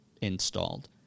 installed